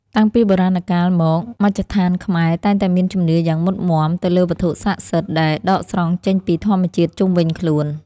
តាំងពីបុរាណកាលមកមជ្ឈដ្ឋានខ្មែរតែងតែមានជំនឿយ៉ាងមុតមាំទៅលើវត្ថុស័ក្តិសិទ្ធិដែលដកស្រង់ចេញពីធម្មជាតិជុំវិញខ្លួន។